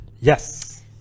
Yes